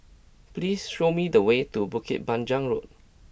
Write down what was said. please show me the way to Bukit Panjang Road